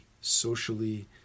socially